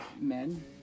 Men